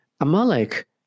Amalek